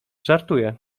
żartuje